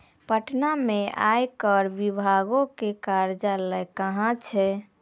पटना मे आयकर विभागो के कार्यालय कहां छै?